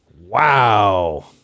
Wow